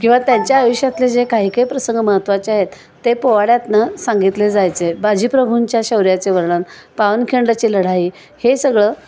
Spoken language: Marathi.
किंवा त्यांच्या आयुष्यातले जे काही काही प्रसंग महत्त्वाचे आहेत ते पोवाड्यातनं सांगितले जायचे बाजी प्रभूंच्या शौऱ्याचे वर्णन पावनखिंडाची लढाई हे सगळं